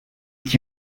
qui